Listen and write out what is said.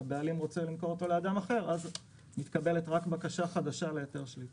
הבעלים רוצה למכור אותו לאדם אחר אז מתקבלת בקשה חדשה להיתר שליטה.